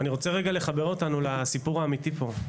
אני רוצה רגע לחבר אותנו לסיפור האמיתי פה.